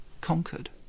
conquered